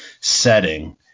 setting